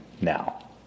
now